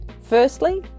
firstly